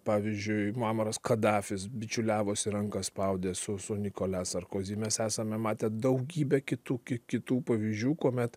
pavyzdžiui mamaras kadafis bičiuliavosi ranką spaudė su su nikole sarkozy mes esame matę daugybę kitų ki kitų pavyzdžių kuomet